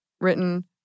written